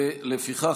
לפיכך,